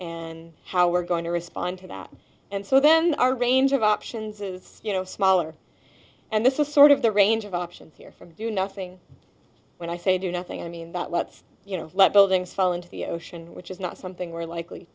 and how we're going to respond to that and so then our range of options is you know smaller and this is sort of the range of options here from doing nothing when i say do nothing i mean that let's you know let buildings fall into the ocean which is not something we're likely